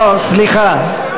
לא, סליחה.